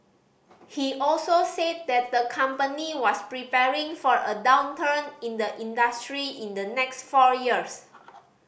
he also said that the company was preparing for a downturn in the industry in the next four years